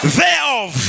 thereof